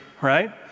right